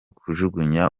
kujugunya